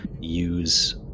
use